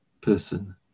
person